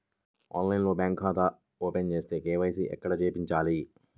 ఆన్లైన్లో బ్యాంకు ఖాతా ఓపెన్ చేస్తే, కే.వై.సి ఎక్కడ చెప్పాలి?